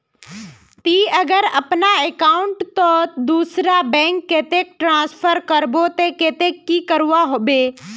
ती अगर अपना अकाउंट तोत दूसरा बैंक कतेक ट्रांसफर करबो ते कतेक की करवा होबे बे?